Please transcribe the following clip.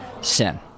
sin